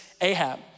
Ahab